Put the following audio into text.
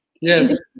Yes